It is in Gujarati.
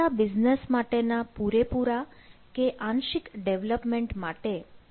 તમારા બિઝનેસ માટે ના પૂરેપૂરા કે આંશિક વિકાસ માટે તમે એઝ્યુર નો ઉપયોગ કરી શકો